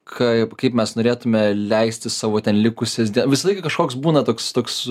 kaip kaip mes norėtume leisti savo ten likusias visąlaiką kažkoks būna toks toks